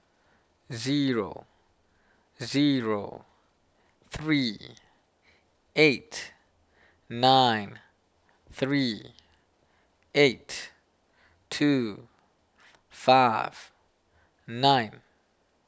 zero zero three eight nine three eight two five nine